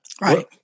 Right